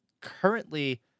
currently